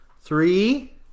three